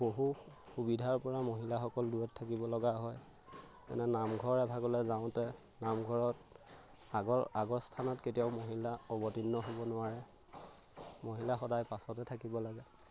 বহু সুবিধাৰ পৰা মহিলাসকল দূৰত থাকিব লগা হয় মানে নামঘৰ এভাগলে যাওতে নামঘৰত আগৰ আগৰ স্থানত কেতিয়াও মহিলা অৱতীৰ্ণ হ'ব নোৱাৰে মহিলা সদায় পাছতে থাকিব লাগে